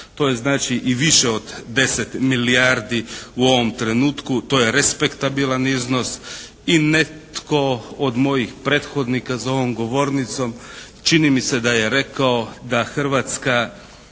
To je znači i više od 10 milijardi u ovom trenutku. To je respektabilan iznos i netko od mojih prethodnika za ovom govornicom čini mi se da je rekao da Hrvatska